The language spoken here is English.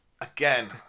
again